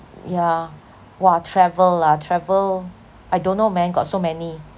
yeah !wah! travel ah travel I don't know man got so many